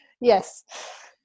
Yes